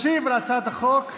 ישיב על הצעת החוק,